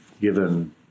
given